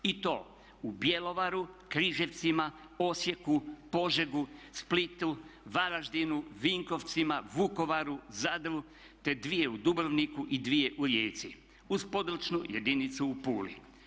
I to u Bjelovaru, Križevcima, Osijeku, Požegi, Splitu, Varaždinu, Vinkovcima, Vukovaru, Zadru te dvije u Dubrovniku i dvije u Rijeci uz područnu jedinicu u Puli.